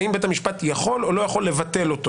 האם בית המשפט יכול או לא יכול לבטל אותו?